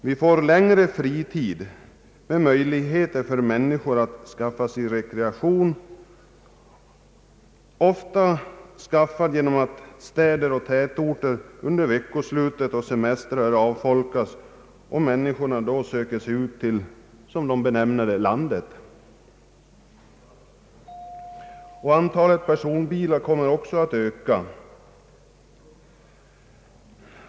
Vi får mer fritid och människor får möjlighet att skaffa sig rekreation. Därigenom avfolkas ofta städerna och tätorterna under veckoslut och semestrar och människorna söker sig ut till vad de benämner landet. Antalet personbilar kommer också att öka.